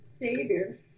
Savior